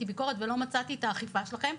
ביקורת ולא מצאתי את האכיפה שלהם.